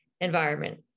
environment